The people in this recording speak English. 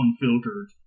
unfiltered